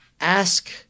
ask